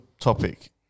topic